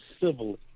civilly